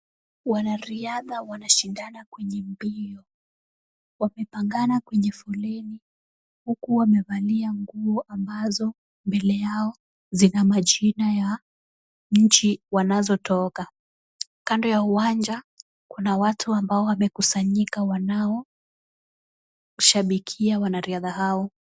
Wanariadha wanashindana kwenye mbio. Wamepangana kwenye foleni. Huku wamevalia nguo ambazo mbele yao zina majina ya nchi wanazotoka. Kando ya uwanja, kuna watu ambao wamekusanyika wanao shabikia wanariadha hao.